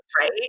right